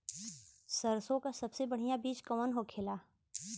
सरसों का सबसे बढ़ियां बीज कवन होखेला?